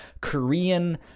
Korean